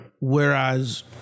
Whereas